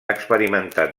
experimentat